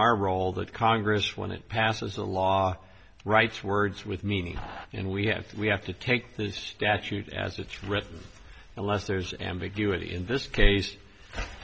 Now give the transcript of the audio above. our role that congress when it passes a law writes words with meaning and we have we have to take this statute as it's written unless there's ambiguity in this case